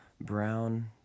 brown